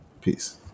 Peace